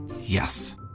Yes